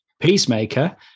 Peacemaker